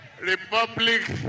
Republic